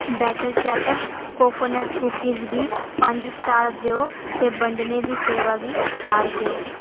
better chatter coconut कुकियें गी पंज स्टार देओ ते बंडने दी सेवा गी चार देओ